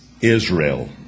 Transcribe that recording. Israel